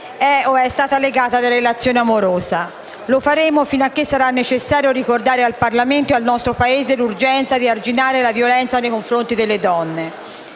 è o è stata legata da relazione amorosa. Lo faremo finché sarà necessario ricordare al Parlamento e al nostro Paese l'urgenza di arginare la violenza nei confronti delle donne.